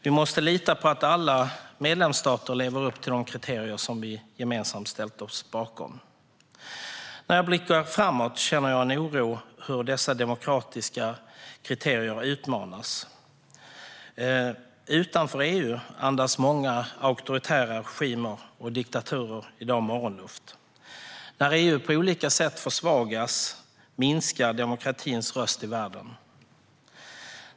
Vi måste lita på att alla medlemsstater lever upp till de kriterier som vi gemensamt har ställt oss bakom. När jag blickar framåt känner jag en oro för hur dessa demokratiska kriterier utmanas. Utanför EU andas många auktoritära regimer och diktaturer i dag morgonluft. När EU på olika sätt försvagas minskar demokratins röst i världen.